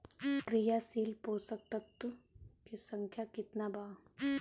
क्रियाशील पोषक तत्व के संख्या कितना बा?